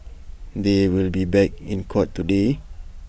they will be back in court today